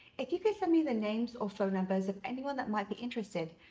if you could send me the names or phone numbers of anyone that might be interested,